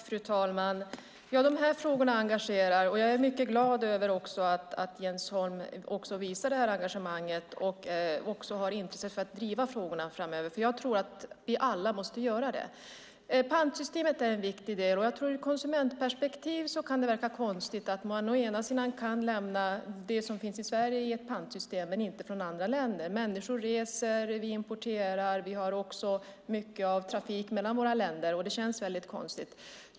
Fru talman! Dessa frågor engagerar, och jag är mycket glad över att Jens Holm visar ett sådant engagemang och har intresse av att driva frågorna framöver. Jag tror att vi alla måste göra det. Pantsystemet är en viktig del, och ur konsumentperspektiv kan det verka konstigt att man å ena sidan kan ha det som finns i Sverige i ett pantsystem men inte det som kommer från andra länder. Människor reser, vi importerar, vi har mycket trafik mellan våra länder, och därför känns det konstigt.